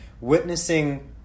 witnessing